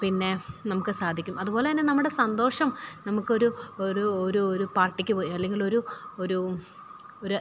പിന്നെ നമുക്ക് സാധിക്കും അതുപോലെ തന്നെ നമ്മുടെ സന്തോഷം നമുക്കൊരു ഒരു ഒരു ഒരു പാർട്ടിക്കു പോയി അല്ലെങ്കിലൊരു ഒരു ഒരു